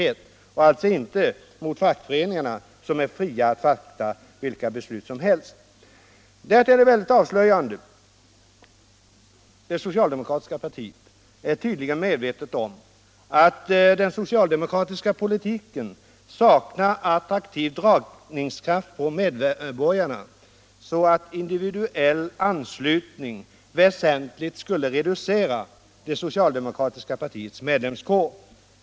Det riktar sig alltså inte mot fackföreningarna som är fria att fatta vilka beslut som helst. Om kollektivan Därtill är det väldigt avslöjande. Det socialdemokratiska partiet är tyd — slutning av fackliga ligen medvetet om att den socialdemokratiska politiken saknar attraktiv = avdelningar till dragningskraft på medborgarna så att individuell anslutning väsentligt = politiskt parti skulle reducera det socialdemokratiska partiets medlemskår.